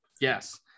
Yes